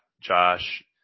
Josh